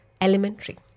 elementary